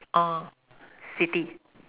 orh city